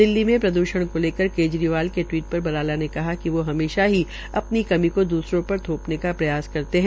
दिल्ली में प्रद्वण को लेकर केजरीवाल के टवीट पर बराला ने कहा कि वो हमेशा ही अपनी कमी को द्सरों पर थौपने का प्रयास करते है